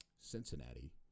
Cincinnati